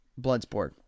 Bloodsport